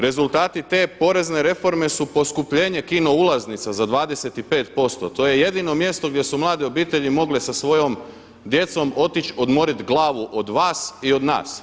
Rezultati te porezne reforme su poskupljene kino ulaznica za 25%, to je jedino mjesto gdje su mlade obitelji mogle sa svojom djecom, otići odmoriti glavu od vas i od nas.